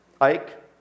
Ike